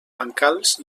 bancals